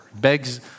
begs